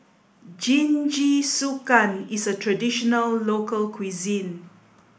Jingisukan is a traditional local cuisine